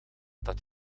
dat